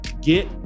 get